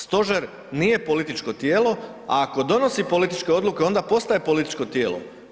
Stožer nije političko tijelo, a ako donosi političke odluke onda postaje političko tijelo.